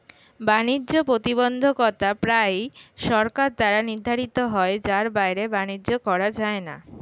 বাণিজ্য প্রতিবন্ধকতা প্রায়ই সরকার দ্বারা নির্ধারিত হয় যার বাইরে বাণিজ্য করা যায় না